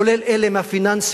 כולל אלה מהפיננסים,